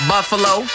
Buffalo